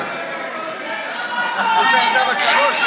איפה יום טוב?